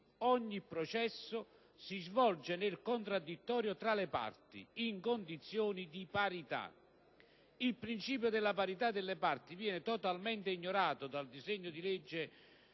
ogni processo si svolge nel contraddittorio tra le parti, in condizioni di parità. Il principio della parità delle parti viene totalmente ignorato dal disegno di legge